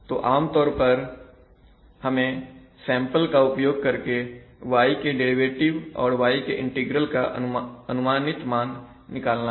तो आमतौर पर हमें सैंपल का उपयोग करके y के डेरिवेटिव और y के इंटीग्रल का अनुमानित मान निकालना है